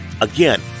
Again